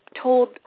told